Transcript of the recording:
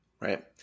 Right